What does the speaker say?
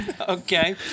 Okay